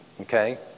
okay